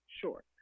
Sure